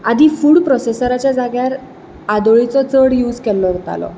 आदीं फूड प्रोसेसराच्या जाग्यार आदोळेचो चड यूज केल्लो वतालो